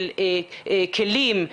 של כלים,